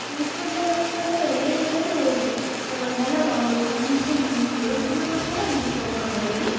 ఇప్పుట్లో ఏముంది అసలు ఏం లేదు ఎవరి ఇళ్ళల్లో వాళ్ళు కనీసం మేము కూర వండుతున్నాము అని కూడా ఇంటి పక్కన పోయి